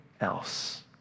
else